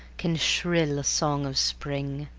can shrill a song of spring